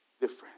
different